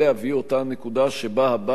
והיא אותה נקודה שבה הבנק,